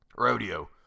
Rodeo